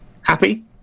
Happy